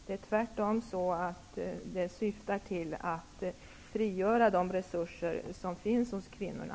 Den syftar tvärtom till att frigöra de resurser som finns hos kvinnorna.